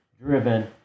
driven